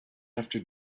after